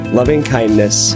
loving-kindness